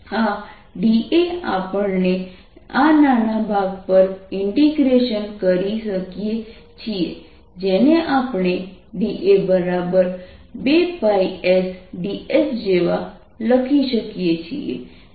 આ da આપણે આ નાના ભાગ પર ઇન્ટીગ્રેશન કરી શકીએ છીએ જેને આપણે da2sds જેવા લખી શકીએ છીએ